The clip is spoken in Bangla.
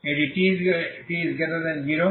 এটি t0 এর জন্য